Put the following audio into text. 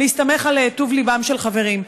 להסתמך על טוב לבם של חברים.